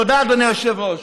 תודה, אדוני היושב-ראש.